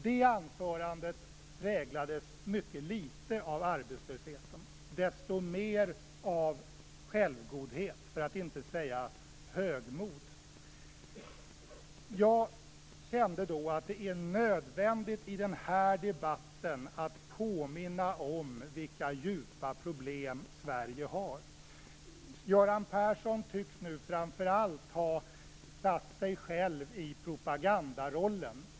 Det anförandet präglades mycket litet av arbetslösheten, och desto mer av självgodhet, för att inte säga högmod. Jag kände då att det är nödvändigt i den här debatten att påminna om vilka djupa problem Sverige har. Göran Persson tycks nu framför allt ha satt sig själv i propagandarollen.